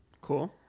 Cool